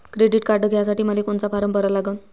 Credit card घ्यासाठी मले कोनचा फारम भरा लागन?